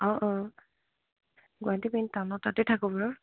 অঁ অঁ গুৱাহাটী মেন টাউনত তাতে থাকো বাৰু